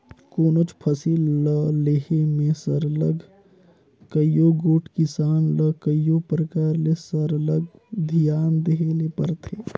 कोनोच फसिल ल लेहे में सरलग कइयो गोट किसान ल कइयो परकार ले सरलग धियान देहे ले परथे